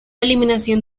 eliminación